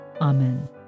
Amen